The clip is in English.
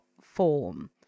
form